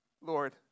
Lord